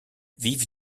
vive